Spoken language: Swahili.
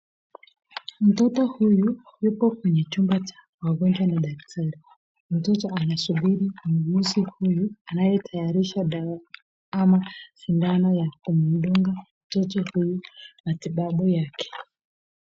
Mtoto huyu, yupo kwenye chumba cha wagonjwa na daktari. Mtoto anasubiri muuguzi huyu, anayetayarisha dawa ama sindano ya kumdunga mtoto huyu matibabu yake.